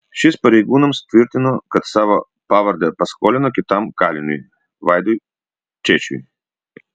šis pareigūnams tvirtino kad savo pavardę paskolino kitam kaliniui vaidui čėčiui